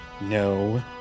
No